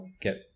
get